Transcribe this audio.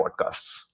podcasts